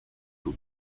her